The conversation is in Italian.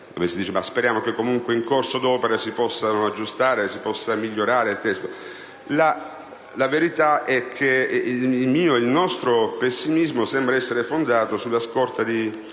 Lega, che spera che in corso d'opera si possa aggiustare e migliorare il testo. La verità è che il mio, il nostro pessimismo sembra essere fondato sulla scorta di